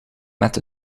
met